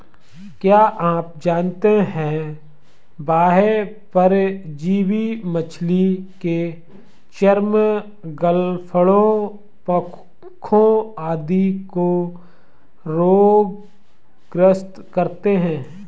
क्या आप जानते है बाह्य परजीवी मछली के चर्म, गलफड़ों, पंखों आदि को रोग ग्रस्त करते हैं?